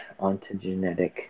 ontogenetic